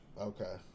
Okay